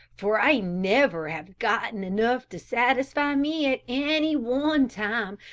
for i never have gotten enough to satisfy me at any one time,